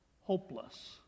hopeless